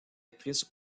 actrice